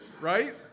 right